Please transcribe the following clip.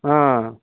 ఆ